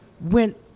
went